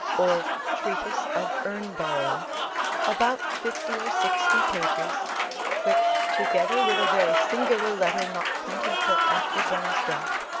or treatise of urn-burial about fifty or sixty pages which, together with a very singular letter not printed till after browne's death,